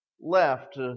left